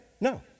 No